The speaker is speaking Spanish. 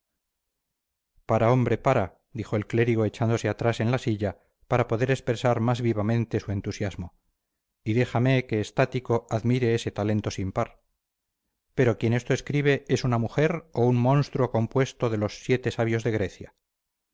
para hombre para dijo el clérigo echándose atrás en la silla para poder expresar más vivamente su entusiasmo y déjame que estático admire ese talento sin par pero quien esto escribe es una mujer o un monstruo compuesto de los siete sabios de grecia